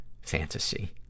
fantasy